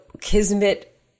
kismet